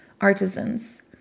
artisans